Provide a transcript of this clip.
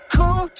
Cool